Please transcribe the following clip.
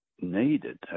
needed